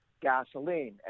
gasoline